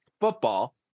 football